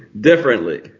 differently